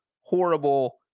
horrible